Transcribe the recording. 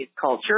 culture